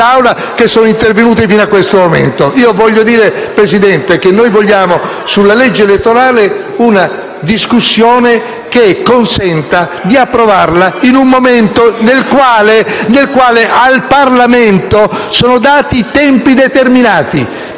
Io voglio dire, signor Presidente, che sulla legge elettorale vogliamo una discussione che consenta di approvarla in un momento nel quale al Parlamento sono dati tempi determinati.